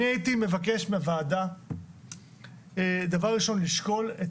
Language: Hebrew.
אני הייתי מבקש מהוועדה דבר ראשון לשקול,